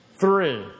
three